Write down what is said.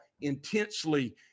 intensely